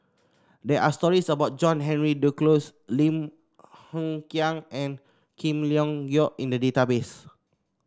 there are stories about John Henry Duclos Lim Hng Kiang and King Leong Geok in the database